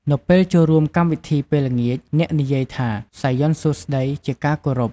នៅពេលចូលរួមកម្មវិធីពេលល្ងាច អ្នកនិយាយថា "សាយ័ន្តសួស្តី" ជាការគោរព។